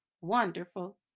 Wonderful